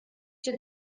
się